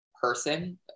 person